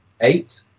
eight